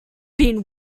been